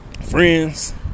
friends